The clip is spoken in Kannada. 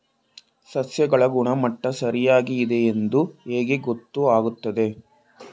ಸಸ್ಯಗಳ ಗುಣಮಟ್ಟ ಸರಿಯಾಗಿ ಇದೆ ಎಂದು ಹೇಗೆ ಗೊತ್ತು ಆಗುತ್ತದೆ?